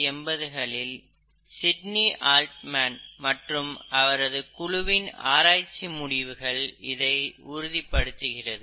1980களில் Sidney Altman மற்றும் அவரது குழுவின் ஆராய்ச்சி முடிவுகள் இதை உறுதிப்படுத்துகிறது